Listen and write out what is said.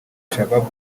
shabab